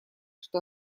что